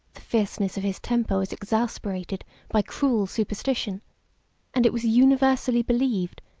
fierceness of his temper was exasperated by cruel superstition and it was universally believed,